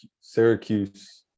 Syracuse